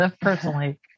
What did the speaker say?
personally